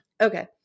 Okay